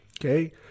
Okay